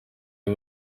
abo